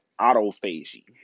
autophagy